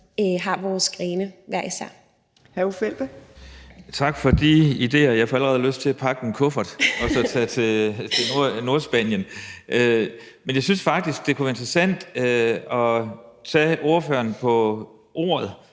Kl. 10:42 Uffe Elbæk (UFG): Tak for de idéer. Jeg får allerede lyst til at pakke min kuffert og så tage til Nordspanien. Men jeg synes faktisk, det kunne være interessant at tage ordføreren på ordet